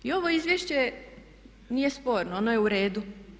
I ovo izvješće nije sporno, ono je u redu.